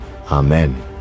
Amen